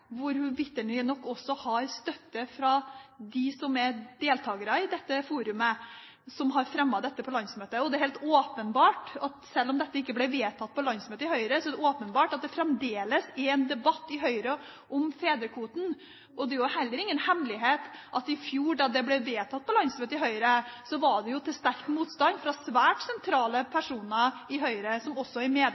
hun har vitterlig også støtte fra dem som er deltakere i dette forumet – som har fremmet dette på landsmøtet. Selv om dette ikke ble vedtatt på landsmøtet i Høyre, er det åpenbart at det fremdeles er en debatt i Høyre om fedrekvoten. Det er heller ingen hemmelighet at da det ble vedtatt på landsmøtet i Høyre i fjor, var det etter sterk motstand fra svært sentrale personer i Høyre som også er medlemmer i